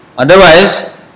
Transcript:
Otherwise